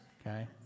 okay